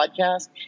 podcast